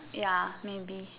ya maybe